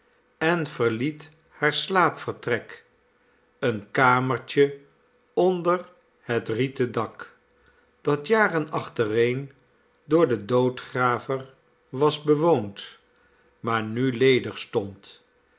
en verliet haar slaapvertrek een kamertje onder het rieten dak dat jaren achtereen door den doodgraver was bewoond maar nu ledig stond